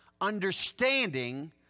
understanding